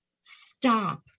stop